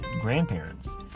grandparents